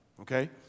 okay